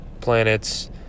planets